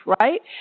right